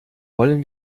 wollen